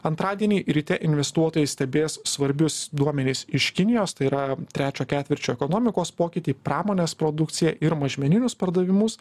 antradienį ryte investuotojai stebės svarbius duomenis iš kinijos tai yra trečio ketvirčio ekonomikos pokytį pramonės produkciją ir mažmeninius pardavimus